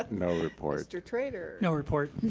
ah no report. mr. trader. no report.